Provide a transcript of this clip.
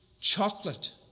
chocolate